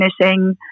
finishing